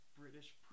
British